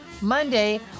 Monday